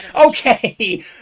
okay